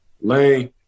lane